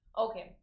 okay